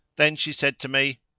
then she said to me,